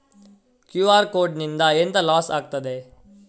QR code ನಿಂದ ಎಂತ loss ಆಗ್ತದೆ?